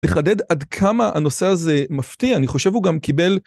לחדד עד כמה הנושא הזה מפתיע, אני חושב הוא גם קיבל...